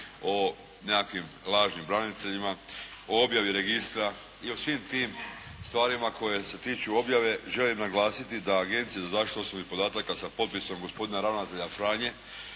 o nekakvim lažnim braniteljima, o objavi registra i o svim tim stvarima koji se tiču objave želim naglasiti da agencije za zaštitu osobnih podataka sa potpisom gospodina ravnatelja Franje